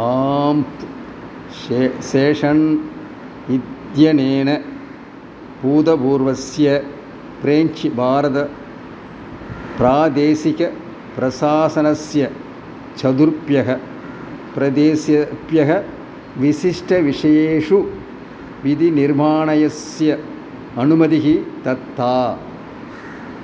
आं शेशन् इत्यनेन भूतपूर्वस्य प्रेञ्च् भारतप्रादेशिक प्रशासनस्य चतुर्भ्यः प्रदेशेभ्यः विशिष्टविषयेषु विधिनिर्माणस्य अनुमतिः दत्ता